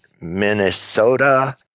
Minnesota